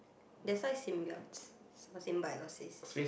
that's why symbionts is for symbiosis